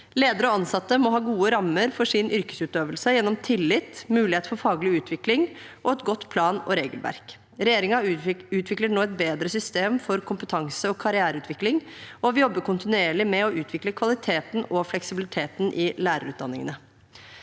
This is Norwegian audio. Ledere og ansatte må ha gode rammer for sin yrkesutøvelse gjennom tillit, mulighet for faglig utvikling og et godt plan- og regelverk. Regjeringen utvikler nå et bedre system for kompetanse- og karriereutvikling, og vi jobber kontinuerlig med å utvikle kvaliteten og fleksibiliteten i lærerutdanningene.